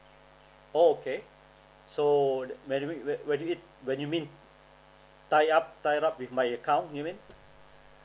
okay so when you mean when you mean when you mean tie up tie up with my account you mean